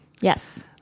Yes